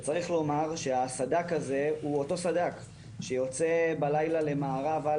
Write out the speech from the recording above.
וצריך לומר שהסד"כ הזה הוא אותו סד"כ שיוצא בלילה למארב על